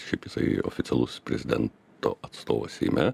šiaip jisai oficialus prezidento atstovas seime